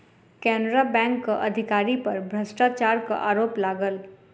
केनरा बैंकक अधिकारी पर भ्रष्टाचारक आरोप लागल